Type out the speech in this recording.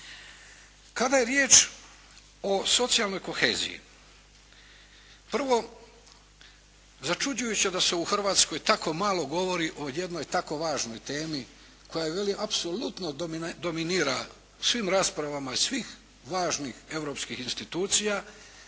Kada je riječ o socijalnoj koheziji. Prvo, začuđujuće da se u Hrvatskoj tako malo govori o jednoj tako važnoj temi koja je, veli apsolutno dominira svim raspravama svih važnih europskih institucija